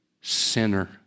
sinner